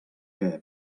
què